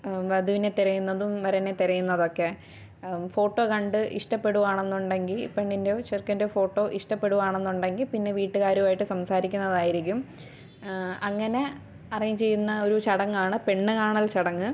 വധുവിനെ തിരയുന്നതും വരനെ തിരയുന്നതൊക്കെ ഫോട്ടോ കണ്ട് ഇഷ്ടപ്പെടുവാണെന്നുണ്ടെങ്കില് പെണ്ണിൻറ്റെയോ ചെറുക്കന്റെയോ ഫോട്ടോ ഇഷ്ടപ്പെടുവാണെന്നുണ്ടെങ്കില് പിന്നെ വീട്ടുകാരുമായിട്ട് സംസാരിക്കുന്നതായിരിക്കും അങ്ങനെ അറേൻഞ്ചെയ്യുന്ന ഒരു ചടങ്ങാണ് പെണ്ണ് കാണൽ ചടങ്ങ്